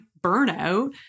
burnout